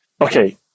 okay